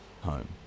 home